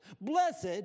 Blessed